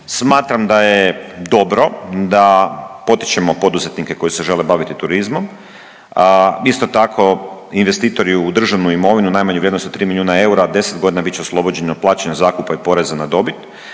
Smatram da je dobro da potičemo poduzetnike koji se žele baviti turizmom. Isto tako investitori u državnu imovinu najmanje vrijednosti od tri milijuna eura 10 godina bit će oslobođeni od plaćanja zakupa i poreza na dobit.